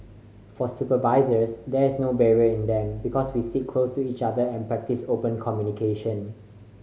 for supervisors there is no barrier in them because we sit close to each other and practice open communication